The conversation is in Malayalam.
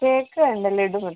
കേക്ക് വേണ്ട ലഡൂ മതി